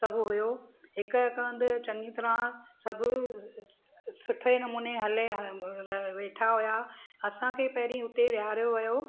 सभु हुओ हिकु हिकु हंधि चङी तरह सभु सुठे नमूने हले वेठा हुआ असांखे पहिरीं हुते वीहारियो वियो